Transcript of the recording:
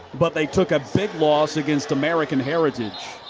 but they took a big loss against american heritage.